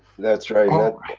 that's right,